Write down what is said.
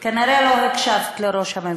לא על מלפפונים.